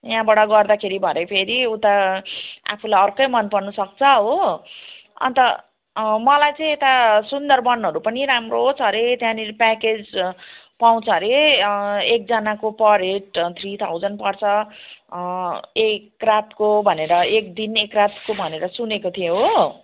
यहाँबाट गर्दाखेरि भरे फेरि उता आफूलाई अर्कै मन पर्नुसक्छ हो अनि त मलाई चाहिँ यता सुन्दरवनहरू पनि राम्रो छ रे त्यहाँनेरि प्याकेज पाउँछ रे एकजनाको पर हेड थ्री थाउज्यान्ड पर्छ एक रातको भनेर एक दिन एक रातको भनेर सुनेको थिएँ हो